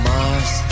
Mars